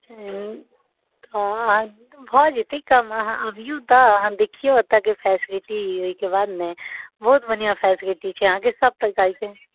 भऽ जयतै कम अहाँ अबियौ तऽ अहाँ देखिऔ एतऽके फेसिलिटी ओहिके बाद ने बहुत बढ़िआँ फेसिलिटी छै अहाँकेँ सभ प्रकारके